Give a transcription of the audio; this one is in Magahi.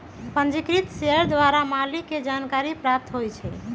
पंजीकृत शेयर द्वारा मालिक के जानकारी प्राप्त होइ छइ